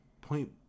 point